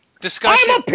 discussion